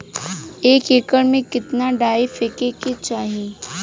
एक एकड़ में कितना डाई फेके के चाही?